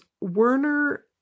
Werner